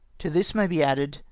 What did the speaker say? to this may be added,